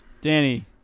Danny